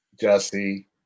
Jesse